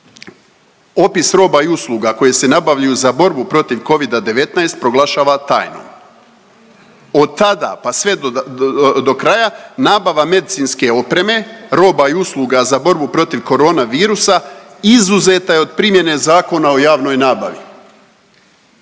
opis roba i usluga koje se nabavljaju za borbu protiv Covida-19 proglašava tajnom. Od tada pa sve do kraja nabava medicinske opreme roba i usluga za borbu protiv korona virusa izuzeta je od primjene Zakona o javnoj nabavi.